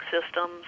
systems